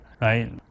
right